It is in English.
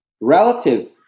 Relative